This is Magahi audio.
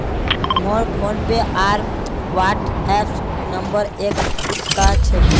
मोर फोनपे आर व्हाट्सएप नंबर एक क छेक